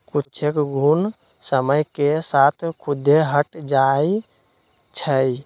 कुछेक घुण समय के साथ खुद्दे हट जाई छई